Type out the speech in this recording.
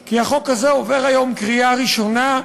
כי החוק הזה עובר היום בקריאה ראשונה,